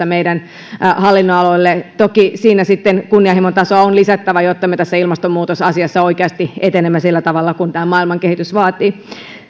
meidän hallinnonaloille toki siinä sitten kunnianhimon tasoa on lisättävä jotta me tässä ilmastonmuutosasiassa oikeasti etenemme sillä tavalla kuin maailman kehitys vaatii